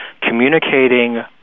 communicating